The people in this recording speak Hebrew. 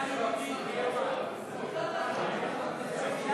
להסיר מסדר-היום את הצעת חוק הפעלת תחבורה ציבורית ביום המנוחה השבועי,